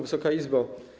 Wysoka Izbo!